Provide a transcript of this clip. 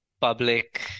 public